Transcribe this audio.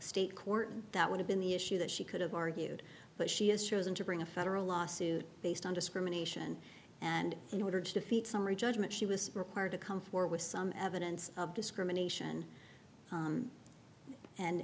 state court and that would have been the issue that she could have argued but she has chosen to bring a federal lawsuit based on discrimination and in order to defeat summary judgment she was required to come forward with some evidence of discrimination